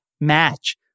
match